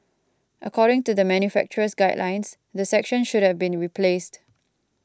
according to the manufacturer's guidelines the section should have been replaced